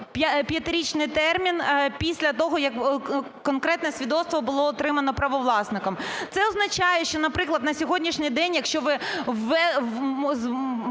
5-річний термін після того, як конкретне свідоцтво було отримано правовласником. Це означає, що, наприклад, на сьогоднішній день, якщо ви вводити